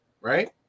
right